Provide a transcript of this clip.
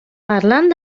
parlant